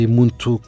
muito